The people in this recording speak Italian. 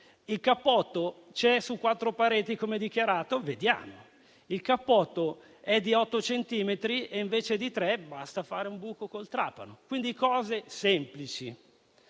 Il cappotto c'è su quattro pareti, come dichiarato? Vediamo. Il cappotto è di 8 centimetri invece che 3? Basta fare un buco con il trapano. Si tratta quindi di cose semplici.